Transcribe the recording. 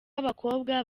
abakobwa